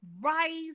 rice